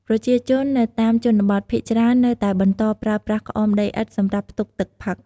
ប្រជាជននៅតាមជនបទភាគច្រើននៅតែបន្តប្រើប្រាស់ក្អមដីឥដ្ឋសម្រាប់ផ្ទុកទឹកផឹក។